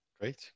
Great